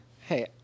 Hey